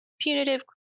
punitive